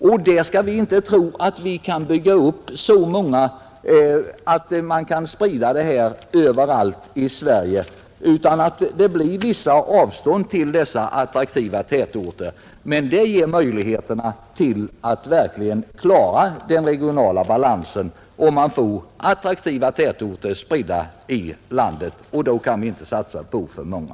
Vi skall inte tro att vi kan få sådana tätorter överallt i Sverige, utan det måste bli ett visst avstånd till dessa attraktiva tätorter. Men möjligheterna att verkligen klara den regionala balansen ligger i att skapa attraktiva tätorter spridda över hela landet, och då kan vi inte satsa på för många.